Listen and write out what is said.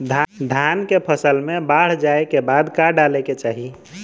धान के फ़सल मे बाढ़ जाऐं के बाद का डाले के चाही?